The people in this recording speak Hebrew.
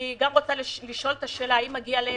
אני רוצה לשאול גם: האם יש